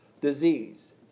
disease